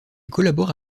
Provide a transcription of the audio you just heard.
collabore